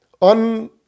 on